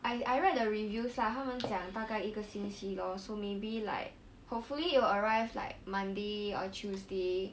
I I read the reviews lah 他们讲大概一个星期 lor so maybe like hopefully it'll arrive like monday or tuesday